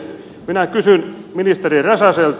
minä kysyn ministeri räsäseltä